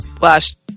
last